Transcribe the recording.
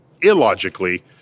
illogically